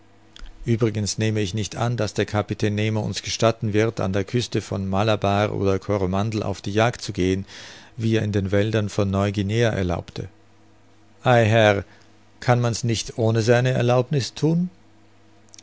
uebrigens nehme ich nicht an daß der kapitän nemo uns gestatten wird an der küste von malabar oder coromandel auf die jagd zu gehen wie er in den wäldern von neu-guinea erlaubte ei herr kann man's nicht ohne seine erlaubniß thun